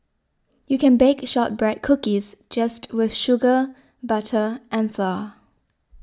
you can bake Shortbread Cookies just with sugar butter and flour